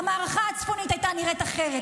המערכה הצפונית הייתה נראית אחרת,